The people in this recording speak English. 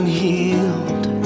healed